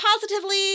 positively